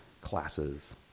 classes